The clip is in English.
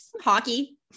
Hockey